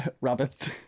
Rabbits